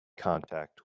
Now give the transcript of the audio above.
contact